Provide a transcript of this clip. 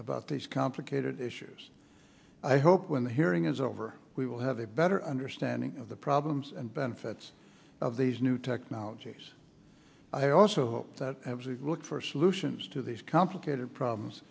about these complicated issues i hope when the hearing is over we will have a better understanding of the problems and benefits of these new technologies i also hope that look for solutions to these complicated problems